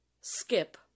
skip